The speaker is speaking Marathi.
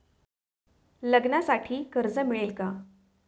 लग्नासाठी कर्ज मिळेल का?